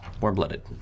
warm-blooded